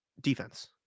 Defense